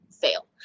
fail